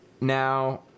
Now